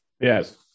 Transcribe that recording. Yes